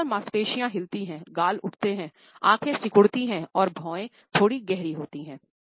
अधिकतर मांसपेशियाँ हिलती हैं गाल उठते हैं आँखें सिकुड़ती हैं और भौंहें थोड़ी गहरी होती हैं